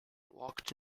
walked